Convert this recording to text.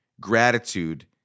Gratitude